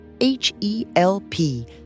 H-E-L-P